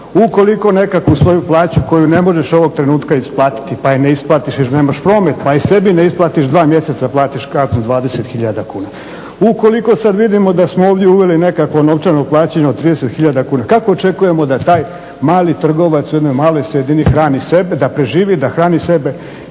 Ukoliko nekakvu svoju plaću koju ne možeš ovoga trenutka isplatiti pa je ne isplatiš jer nemaš promet pa je sebi ne isplatiš dva mjeseca, platiš kartu 20 hiljada kuna. Ukoliko sad vidimo da smo ovdje uveli nekakvo plaćanje od 30 hiljada kuna, kako očekujemo da taj mali trgovac u jednoj maloj sredini hrani sebe, da preživi, da hrani sebe